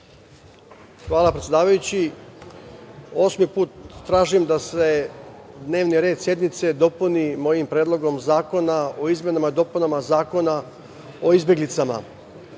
Hvala, predsedavajući. Osmi put tražim da se dnevni red sednice dopuni mojim Predlogom zakona o izmenama